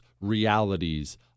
realities